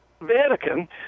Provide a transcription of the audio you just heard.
Vatican